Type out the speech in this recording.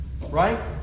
Right